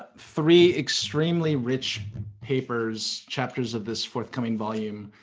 three extremely rich papers, chapters of this forthcoming volume.